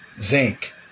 zinc